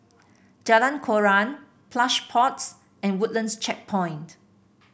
Jalan Koran Plush Pods and Woodlands Checkpoint